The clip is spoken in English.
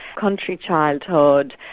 country childhood,